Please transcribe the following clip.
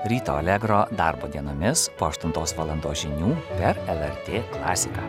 ryto allegro darbo dienomis po aštuntos valandos žinių per lrt klasiką